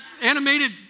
animated